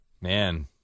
Man